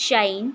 shine